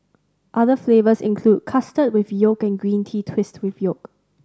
other flavours include custard with yolk and green tea twist with yolk